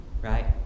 right